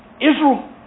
Israel